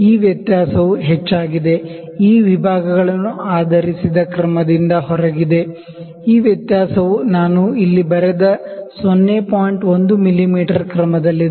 ಈ ವ್ಯತ್ಯಾಸವು ಹೆಚ್ಚಾಗಿದೆ ಈ ವಿಭಾಗಗಳನ್ನು ಆಧರಿಸಿದ ಕ್ರಮದಿಂದ ಹೊರಗಿದೆ ಈ ವ್ಯತ್ಯಾಸವು ನಾನು ಇಲ್ಲಿ ಬರೆದ 0